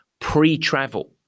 pre-travel